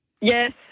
yes